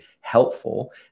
helpful